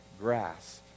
grasp